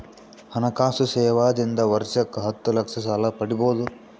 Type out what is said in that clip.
ಹಣಕಾಸು ಸೇವಾ ದಿಂದ ವರ್ಷಕ್ಕ ಹತ್ತ ಲಕ್ಷ ಸಾಲ ಪಡಿಬೋದ?